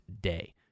day